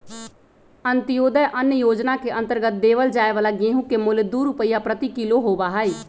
अंत्योदय अन्न योजना के अंतर्गत देवल जाये वाला गेहूं के मूल्य दु रुपीया प्रति किलो होबा हई